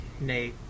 Nay